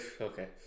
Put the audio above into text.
Okay